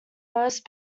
most